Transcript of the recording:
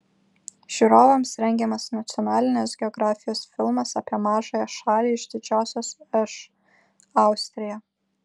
žiūrovams rengiamas nacionalinės geografijos filmas apie mažąją šalį iš didžiosios š austriją